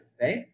right